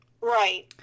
Right